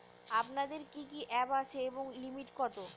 আপনাদের কি কি অ্যাপ আছে এবং লিমিট কত?